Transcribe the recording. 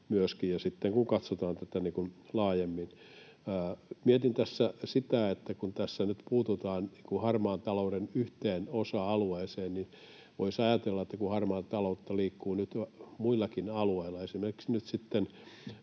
myöskin se ydin, kun katsotaan tätä laajemmin. Mietin tässä sitä, että kun nyt puututaan harmaan talouden yhteen osa-alueeseen ja kun harmaata taloutta liikkuu muillakin alueilla — esimerkiksi nyt yritykset